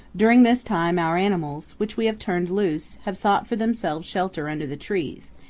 during this time our animals, which we have turned loose, have sought for themselves shelter under the trees,